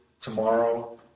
tomorrow